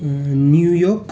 New York